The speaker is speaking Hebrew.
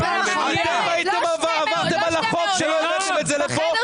אתם עברתם על החוק שלא הבאתם את זה לפה,